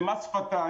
זה מס שפתיים,